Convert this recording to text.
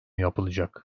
yapılacak